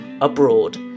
abroad